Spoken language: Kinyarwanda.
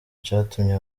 catumye